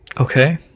Okay